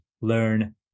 learn